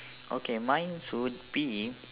okay mine's would be